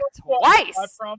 twice